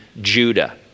Judah